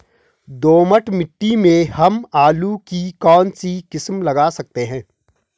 दोमट मिट्टी में हम आलू की कौन सी किस्म लगा सकते हैं?